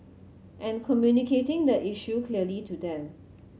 and communicating the issue clearly to them